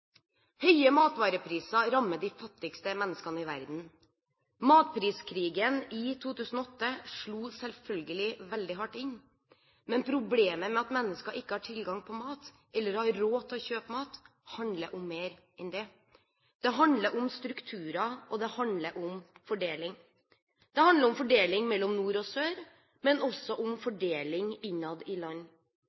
Høye matvarepriser rammer de fattigste menneskene i verden. Matpriskrigen i 2008 slo selvfølgelig veldig hardt inn, men problemet med at mennesker ikke har tilgang på mat, eller har råd til å kjøpe mat, handler om mer enn det. Det handler om strukturer, og det handler om fordeling. Det handler om fordeling mellom nord og sør, men også om fordeling innad i land.